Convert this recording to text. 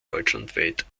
deutschlandweit